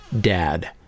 Dad